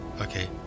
okay